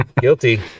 Guilty